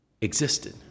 existed